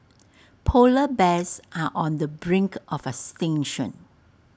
Polar Bears are on the brink of extinction